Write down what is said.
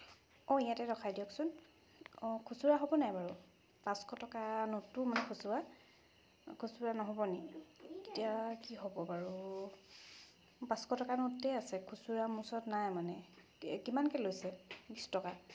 অঁ ইয়াতে ৰখাই দিয়কচোন অঁ খুচুৰা হ'ব নাই বাৰু পাঁচশ টকা নোটটো মানে খুচুৰা খুচুৰা নহ'ব নি এতিয়া কি হ'ব বাৰু পাঁচশ টকা নোটে আছে খুচুৰা মোৰ ওচৰত নাই মানে কে কিমানকৈ লৈছে বিছ টকা